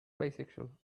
bisexual